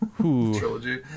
Trilogy